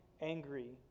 angry